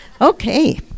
Okay